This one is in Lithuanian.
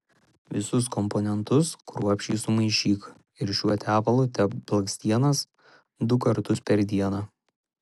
visus komponentus kruopščiai sumaišyk ir šiuo tepalu tepk blakstienas du kartus per dieną